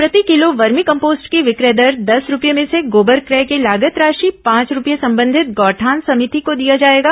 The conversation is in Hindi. प्रतिकिलो वर्मी कम्पोस्ट की विक्रय दर दस रूपये में से गोबर क्रय की लागत राशि पांच रूपये संबंधित गौठान सभिति को दिया जाएगा